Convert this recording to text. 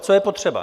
Co je potřeba?